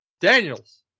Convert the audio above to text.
Daniels